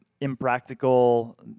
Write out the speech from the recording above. impractical